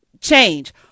change